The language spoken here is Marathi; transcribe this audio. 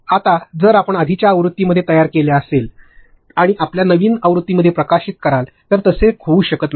आता जर आपण आपल्या आधीच्या आवृत्तीमध्ये तयार केले असेल आणि आपण आपल्या नवीन आवृत्तीमध्ये प्रकाशित कराल तर तसे होऊ शकत नाही